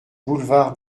boulevard